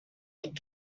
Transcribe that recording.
flying